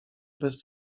bez